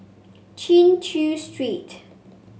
Chin Chew Street